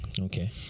Okay